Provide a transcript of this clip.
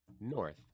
north